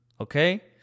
Okay